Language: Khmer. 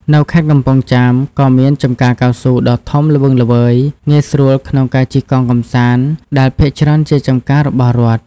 នៅខេត្តកំពង់ចាមក៏មាន ចំការកៅស៊ូ ដ៏ធំល្វឹងល្វើយងាយស្រួលក្នុងការជិះកង់កម្សាន្ត ដែលភាគច្រើនជាចំការរបស់រដ្ឋ។